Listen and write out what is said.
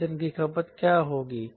ईंधन की खपत क्या होगी